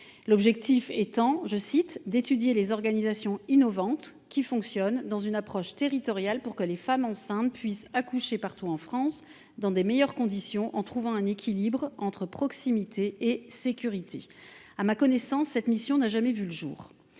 L’objectif était « d’étudier les organisations innovantes qui fonctionnent dans une approche territoriale, pour que les femmes enceintes puissent accoucher partout en France dans les meilleures conditions, en trouvant un équilibre entre proximité et sécurité ».